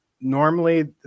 normally